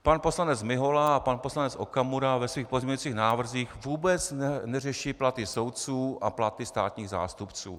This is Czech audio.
Pan poslanec Mihola a pan poslanec Okamura ve svých pozměňovacích návrzích vůbec neřeší platy soudců a platy státních zástupců.